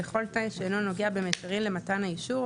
בכל תנאי שאינו נוגע במישרין למתן האישור,